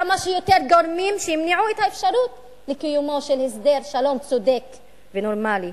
כמה שיותר גורמים שימנעו את האפשרות לקיומו של הסדר שלום צודק ונורמלי.